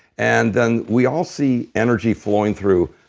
and then we all see energy flowing through.